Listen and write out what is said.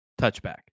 touchback